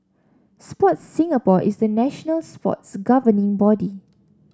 Sport Singapore is the national sports governing body